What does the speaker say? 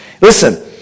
Listen